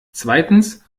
zweitens